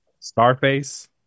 Starface